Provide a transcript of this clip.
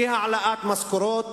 אי-העלאת משכורות,